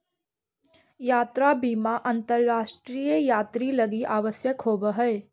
यात्रा बीमा अंतरराष्ट्रीय यात्रि लगी आवश्यक होवऽ हई